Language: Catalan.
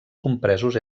compresos